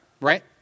Right